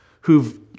who've